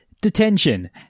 Detention